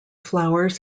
flowers